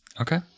Okay